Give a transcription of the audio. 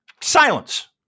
silence